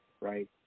right